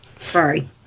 Sorry